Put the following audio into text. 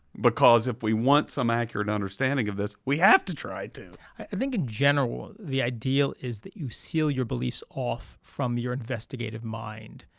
because if we want some accurate understanding of this, we have to try to. corey i think in general the ideal is that you seal your beliefs off from your investigative mind.